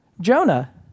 Jonah